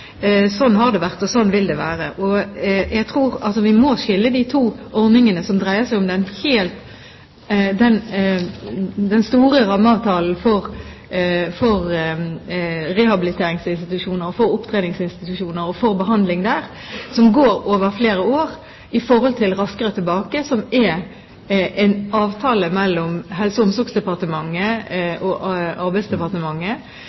har det vært, og slik vil det være. Vi må skille de to ordningene. Det dreier seg om den store rammeavtalen for rehabiliteringsinstitusjoner, opptreningsinstitusjoner, og for behandling der, som går over flere år, og Raskere tilbake, som er en avtale mellom Helse- og omsorgsdepartementet